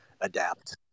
adapt